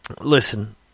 listen